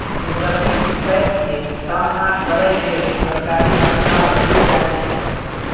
कुदरती बिपैत के सामना करइ लेल सरकारी अनुदान देल जाइ छइ